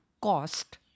cost